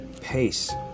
pace